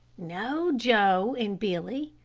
no, joe and billy,